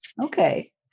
Okay